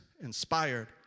inspired